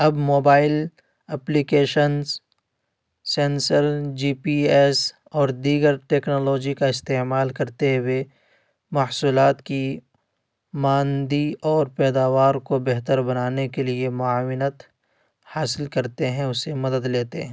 اب mobile applications sensor G P S اور دیگر ٹیکنالوجی کا استعمال کرتے ہوئے محصولات کی ماندی اور پیداوار کو بہتر بنانے کے لیے معاونت حاصل کرتے ہیں اس سے مدد لیتے ہیں